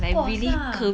of course ah